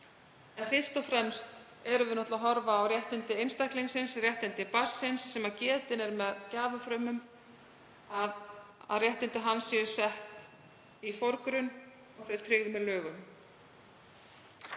Fyrst og fremst erum við að horfa á réttindi einstaklingsins, réttindi barnsins sem getið er með gjafafrumum, að réttindi þess séu sett í forgrunn og þau tryggð með lögum.